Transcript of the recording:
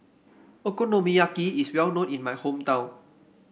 okonomiyaki is well known in my hometown